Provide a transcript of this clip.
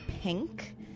pink